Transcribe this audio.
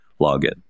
login